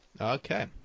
Okay